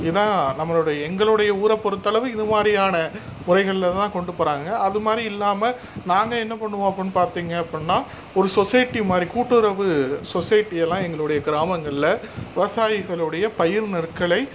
இதான் நம்மளுடைய எங்களுடைய ஊரை பொறுத்த அளவு இது மாதிரியான முறைகளில்தான் கொண்டு போகிறாங்க அது மாதிரி இல்லாமல் நாங்கள் என்ன பண்ணுவோம் அப்படின்னு பார்த்தீங்க அப்படின்னா ஒரு சொசைட்டி மாதிரி கூட்டுறவு சொசைட்டியெல்லாம் எங்களுடைய கிராமங்களில் விவசாயிகளுடைய பயிர் நெற்களை